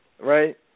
right